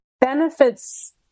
benefits